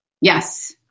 Yes